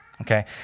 Okay